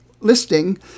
Listing